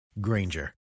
Granger